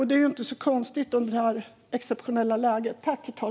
Det är inte konstigt under det exceptionella läge som råder.